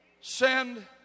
send